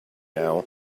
now